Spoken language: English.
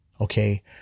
Okay